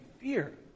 fear